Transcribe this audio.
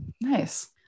Nice